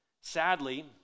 Sadly